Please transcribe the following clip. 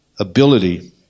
Ability